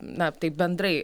na taip bendrai